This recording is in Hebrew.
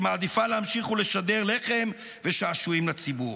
שמעדיפה להמשיך ולשדר לחם ושעשועים לציבור.